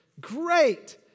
Great